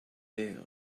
there